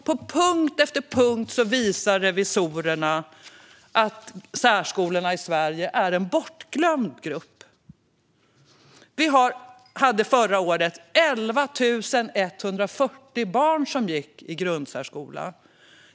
På punkt efter punkt visar revisorerna att särskolorna i Sverige är en bortglömd grupp. Förra året gick 11 140 barn i grundsärskola.